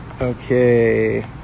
Okay